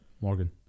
Morgan